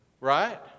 Right